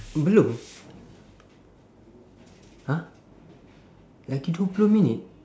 belum !huh! lagi dua puluh minit